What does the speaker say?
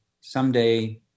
Someday